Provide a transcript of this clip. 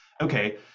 okay